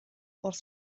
wrth